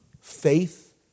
Faith